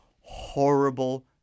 horrible